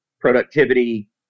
productivity